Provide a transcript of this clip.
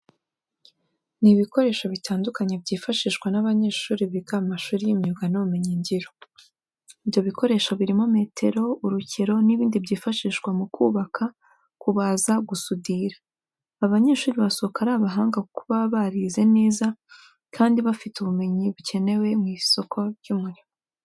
Ni ibikoresho bitandukanye byifashishwa n'abanyeshuri biga mu mashuri y'imyuga n'ubumenyingiro. Ibyo bikoresho birimo metero, urukero, n'ibindi byifashishwa mu kubaka, kubaza, gusudira. Aba banyeshuri basohoka ari abahanga kuko baba barize neza kandi bafite ubumenyi bukenewe ku isoko ry'umurimo.